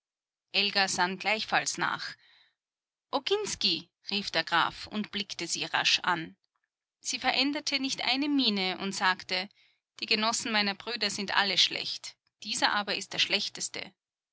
elga sann gleichfalls nach oginsky rief der graf und blickte sie rasch an sie veränderte nicht eine miene und sagte die genossen meiner brüder sind alle schlecht dieser aber ist der schlechteste